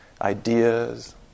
ideas